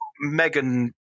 Megan